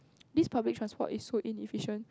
this public transport is so inefficient